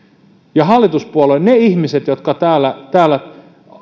ja ne hallituspuolueen ihmiset jotka täällä täällä